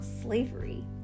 slavery